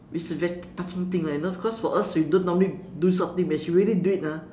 which is very touching thing like you know because for us we don't normally do this kind of thing but she really do it ah